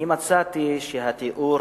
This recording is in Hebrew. אני מצאתי שהתיאור